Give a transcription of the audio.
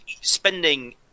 Spending